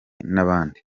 n’abandi